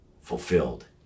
fulfilled